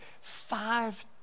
five